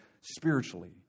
spiritually